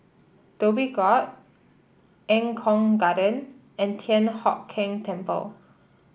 Dhoby Ghaut Eng Kong Garden and Thian Hock Keng Temple